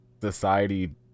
society